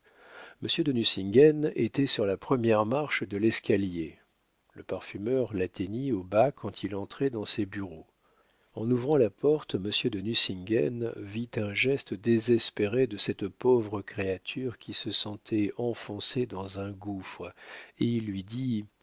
monsieur de nucingen était sur la première marche de l'escalier le parfumeur l'atteignit au bas quand il entrait dans ses bureaux en ouvrant la porte monsieur de nucingen vit un geste désespéré de cette pauvre créature qui se sentait enfoncer dans un gouffre et il lui dit